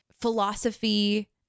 philosophy